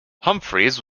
humphries